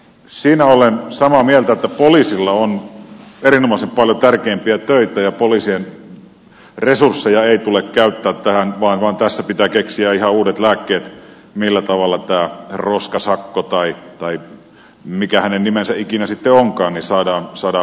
siinä olen samaa mieltä että poliisilla on erinomaisen paljon tärkeämpiä töitä ja poliisien resursseja ei tule käyttää tähän vaan tässä pitää keksiä ihan uudet lääkkeet millä tavalla tämä roskasakko tai mikä hänen nimensä ikinä sitten onkaan saadaan hoidettua